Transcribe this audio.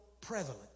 prevalent